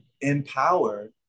empowered